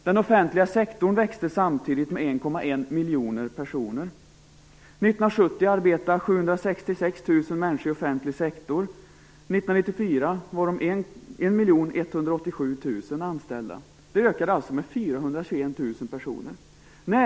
Den offentliga sektorn växte samtidigt med 1,1 miljoner personer.